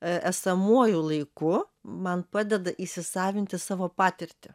esamuoju laiku man padeda įsisavinti savo patirtį